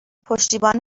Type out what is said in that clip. پشتیبان